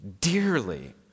dearly